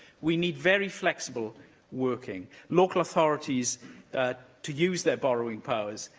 we need very flexible working local authorities to use their borrowing powers,